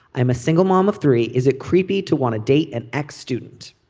i'm a single mom of three. is it creepy to want to date an ex student